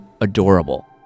adorable